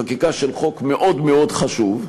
חקיקה של חוק מאוד מאוד חשוב.